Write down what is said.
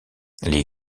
les